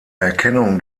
erkennung